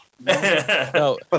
No